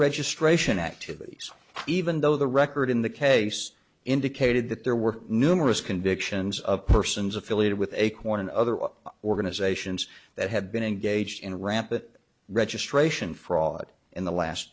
registration activities even though the record in the case indicated that there were numerous convictions of persons affiliated with acorn and other organizations that have been engaged in a rant that registration fraud in the last